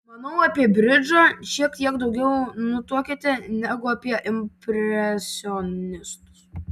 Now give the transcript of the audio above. manau apie bridžą šiek tiek daugiau nutuokiate negu apie impresionistus